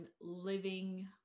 living